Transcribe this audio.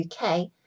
UK